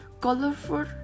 colorful